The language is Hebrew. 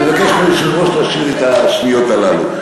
אני מבקש מהיושב-ראש להשלים לי את השניות הללו.